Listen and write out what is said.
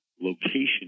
location